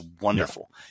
wonderful